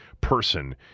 person